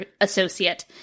associate